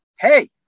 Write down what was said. Hey